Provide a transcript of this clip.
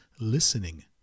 listening